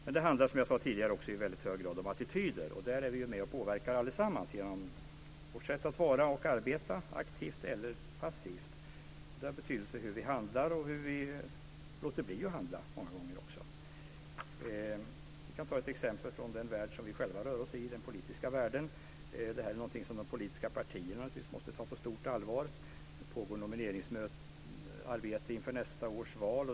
Men det handlar, som jag sade tidigare, i väldigt hög grad också om attityder. Där är vi och påverkar allesammans genom vårt sätt att vara och arbeta aktivt eller passivt. Där är det av betydelse hur vi handlar och hur vi låter bli att handla många gånger. Jag kan ta ett exempel från de värld som vi själva rör oss i, den politiska världen. Det här är någonting som de politiska partierna naturligtvis måste ta med stort allvar. Det pågår nomineringsarbete inför nästa års val.